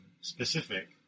specific